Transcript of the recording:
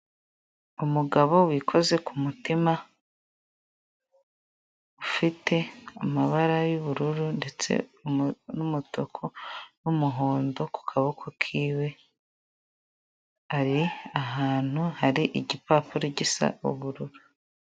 Umugabo wikoze ku mutima, ufite amabara y'ubururu ndetse n'umutuku, n'umuhondo ku kaboko kiwe, ari ahantu hari igipapuro gisa ubururu.